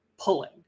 pulling